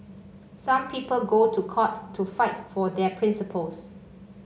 some people go to court to fight for their principles